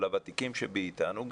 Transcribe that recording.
לוותיקים מאיתנו,